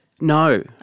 No